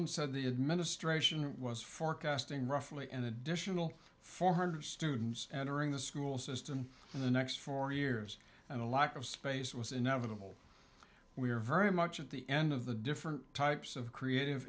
said the administration was forecasting roughly an additional four hundred students entering the school system in the next four years and a lack of space was inevitable we are very much at the end of the different types of creative